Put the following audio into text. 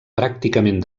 pràcticament